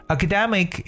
Academic